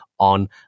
on